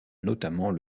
notamment